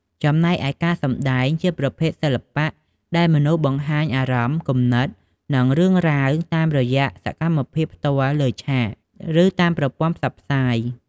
ចំណែកឯ ការសម្តែង ជាប្រភេទសិល្បៈដែលមនុស្សបង្ហាញអារម្មណ៍ គំនិត និងរឿងរ៉ាវតាមរយៈសកម្មភាពផ្ទាល់លើឆាក ឬតាមប្រព័ន្ធផ្សព្វផ្សាយ។